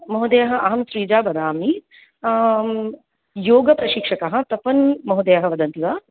महोदय अहं श्रीजा वदामि योगप्रशिक्षकः तपन् महोदयः वदन्ति वा